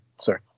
Sorry